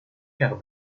quarts